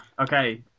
okay